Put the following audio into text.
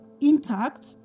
intact